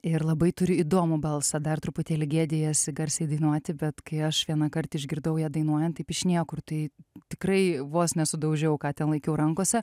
ir labai turiu įdomų balsą dar truputėlį gėdijasi garsiai dainuoti bet kai aš vienąkart išgirdau ją dainuojant taip iš niekur tai tikrai vos nesudaužiau ką ten laikiau rankose